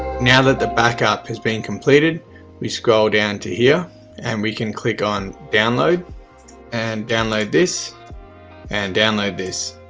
now that the backup has been completed we scroll down to here and we can click on download and download this and download this